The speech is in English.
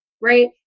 right